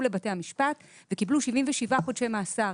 לבתי המשפט וקיבלו 77 חודשי מאסר.